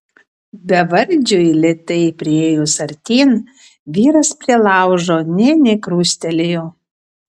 bevardžiui lėtai priėjus artyn vyras prie laužo nė nekrustelėjo